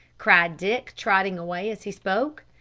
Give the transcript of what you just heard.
cried dick, trotting away as he spoke.